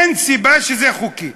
אין סיבה שזה חוקי.